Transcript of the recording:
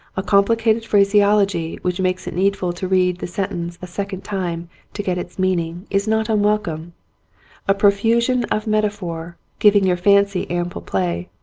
a complicated phraseology which makes it needful to read the sentence a second time to get its meaning is not unwelcome a pro fusion of metaphor, giving your fancy ample play,